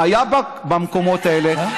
היה במקומות האלה,